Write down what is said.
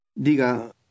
Diga